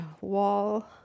wall